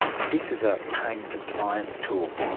and this is a pain compliance tool.